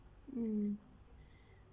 mm